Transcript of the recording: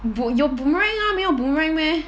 bo~ 有 boomerang ah 没有 boomerang meh